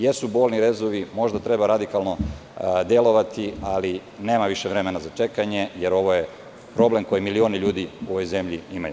Jesu bolni rezovi, možda treba radikalno delovati, ali nema više vremena za čekanje, jer ovo je problem koji milioni ljudi u ovoj zemlji imaju.